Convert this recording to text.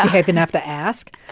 ah have and have to ask?